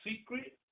secret